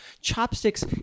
Chopsticks